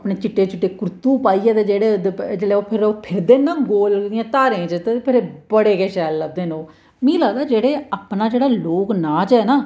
अपने चिट्टे चिट्टे कुर्तु पाइयै ते जेह्ड़े जेल्लै ओह् फिरदे न गोल जियां घारें च फिर बड़े गै शैल लगदे ना ओ मी लगदा जेह्ड़ा अपना लोक नाच ऐ ना